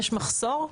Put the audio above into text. יש מחסור?